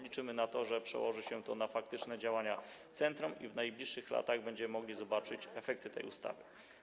Liczymy na to, że przełoży się to na faktyczne działania centrum i w najbliższych latach będziemy mogli zobaczyć efekty tej ustawy.